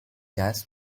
gas